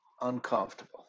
uncomfortable